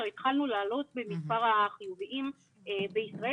התחלנו לעלות במספר החיוביים בישראל.